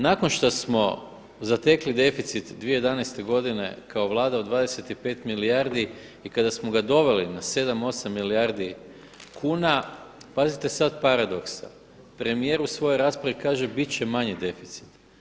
Nakon što smo zatekli deficit 2011. godine kao Vlada od 25 milijardi i kada smo za doveli na 7, 8 milijardi kuna, pazite sada paradoksa, premijer u svojoj raspravi kaže bit će manji deficit.